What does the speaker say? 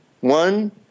One